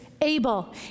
able